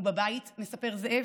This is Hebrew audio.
ובבית, מספר זאב,